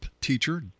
teacher